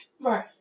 Right